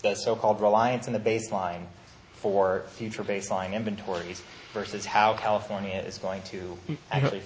this so called reliance on the baseline for future baseline inventories versus how california is going to be i really